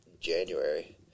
January